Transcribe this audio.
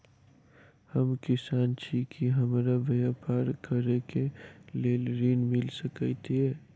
हम किसान छी की हमरा ब्यपार करऽ केँ लेल ऋण मिल सकैत ये?